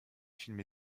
filmée